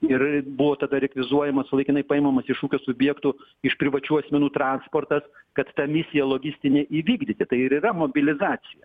ir buvo tada rekvizuojamas laikinai paimamas iš ūkio subjektų iš privačių asmenų transportas kad tą misiją logistinę įvykdyti tai ir yra mobilizacija